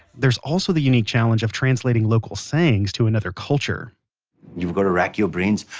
there's also the unique challenge of translating local sayings to another culture you've got to wrack your brains,